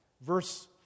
Verse